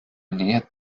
nähe